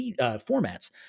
formats